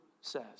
says